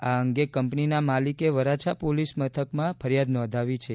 આ અંગે કંપનીના માલિકે વરાછા પોલીસ મથકમાં ફરિયાદ નોંધાવી છે